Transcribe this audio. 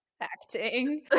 acting